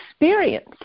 experience